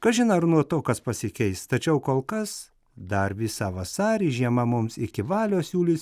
kažin ar nuo to kas pasikeis tačiau kol kas dar visą vasarį žiema mums iki valios siūlys